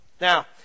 Now